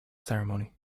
ceremony